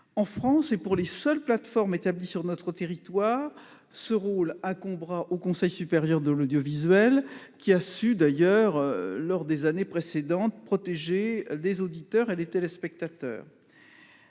En France, pour les seules plateformes établies sur notre territoire, ce rôle incombera au Conseil supérieur de l'audiovisuel, qui a su, dans le passé, protéger les auditeurs et les téléspectateurs.